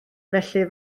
felly